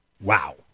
Wow